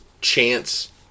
chance